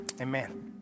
amen